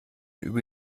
über